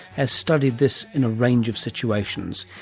has studied this in a range of situations,